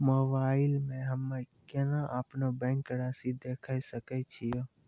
Mobile मे हम्मय केना अपनो बैंक रासि देखय सकय छियै?